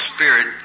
Spirit